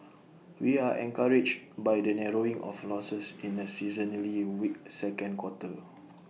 we are encouraged by the narrowing of losses in A seasonally weak second quarter